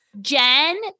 Jen